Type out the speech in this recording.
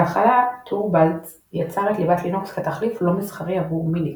בהתחלה טורבאלדס יצר את ליבת לינוקס כתחליף "לא מסחרי" עבור מיניקס,